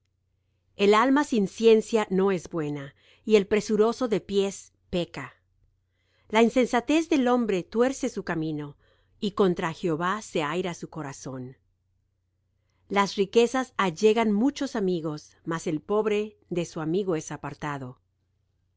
el alma sin ciencia no es buena y el presuroso de pies peca la insensatez del hombre tuerce su camino y contra jehová se aira su corazón las riquezas allegan muchos amigos mas el pobre de su amigo es apartado